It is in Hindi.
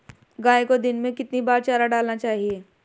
गाय को दिन में कितनी बार चारा डालना चाहिए?